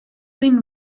been